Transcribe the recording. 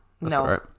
No